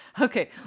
okay